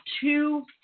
two